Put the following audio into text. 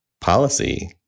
policy